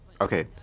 okay